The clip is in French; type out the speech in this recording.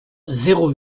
zéro